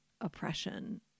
oppression